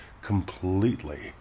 completely